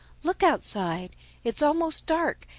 look outside it's almost dark,